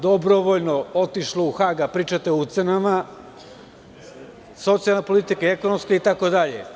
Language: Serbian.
Dobrovoljno otišlo u Hag, a pričate o ucenama, socijalna politika, ekonomska itd.